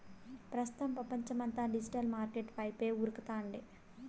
ప్రస్తుతం పపంచమంతా digital market వైపే ఉరకతాంది